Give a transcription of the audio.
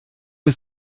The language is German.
ist